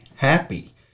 happy